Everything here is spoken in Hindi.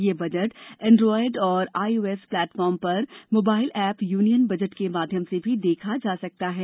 यह बजट एन्ड्रोयड और आई ओ एस प्लेटफार्म पर मोबाइल ऐप यूनियन बजट के माध्यम से भी देखा जा सकता है